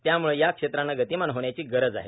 त्यामुळे या क्षेत्राने गतीमान होण्याची गरज आहे